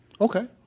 Okay